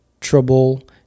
trouble